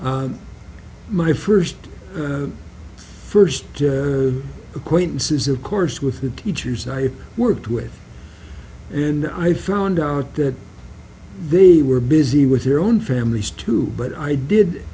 a my first first acquaintances of course with the teachers i worked with and i found out that they were busy with their own families too but i did